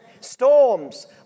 Storms